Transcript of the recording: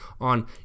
on